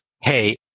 Hey